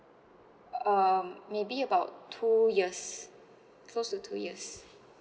um maybe about two years close to two years